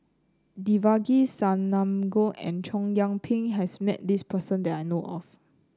Devagi Sanmugam and Chow Yian Ping has met this person that I know of